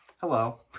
Hello